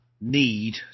need